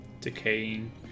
Decaying